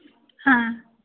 ಹಾಂ